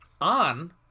on